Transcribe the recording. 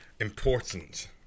important